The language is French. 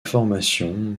formation